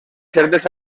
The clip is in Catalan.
certes